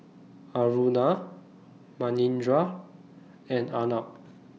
Aruna Manindra and Arnab